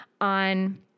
on